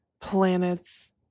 planets